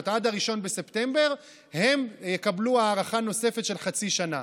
עד 1 בספטמבר יקבלו הארכה נוספת של חצי שנה.